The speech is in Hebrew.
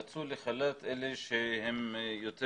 יצאו לחל"ת אלה שהם יותר